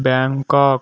Bangkok